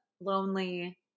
lonely